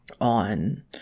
on